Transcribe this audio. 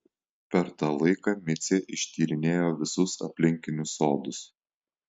per tą laiką micė ištyrinėjo visus aplinkinius sodus